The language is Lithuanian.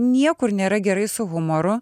niekur nėra gerai su humoru